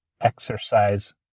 exercise